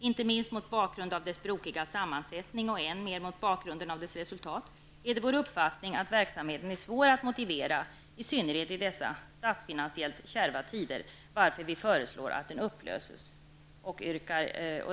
Inte minst mot bakgrund av dess brokiga sammansättning och än mer mot bakgrund av dess resultat är det vår uppfattning att verksamheten är svår att motivera, i synnerhet i dessa statsfinansiellt kärva tider, varför vi föreslår att nämnden upplöses.